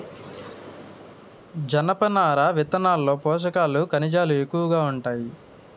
జనపనార విత్తనాల్లో పోషకాలు, ఖనిజాలు ఎక్కువగా ఉంటాయి